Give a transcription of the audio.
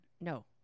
No